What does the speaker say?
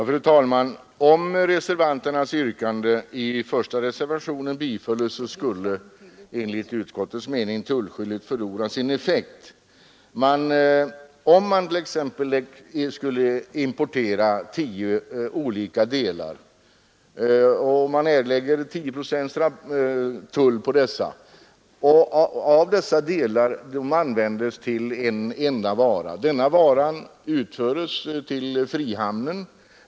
Fru talman! Om yrkandet i reservationen 1 bifölles, skulle enligt utskottets mening tullskyddet förlora sin effekt. Man skulle då t.ex. kunna importera tio delar till 10 procents tull på vardera och sedan sammansätta dessa till en enda vara, som utförs till frihamn.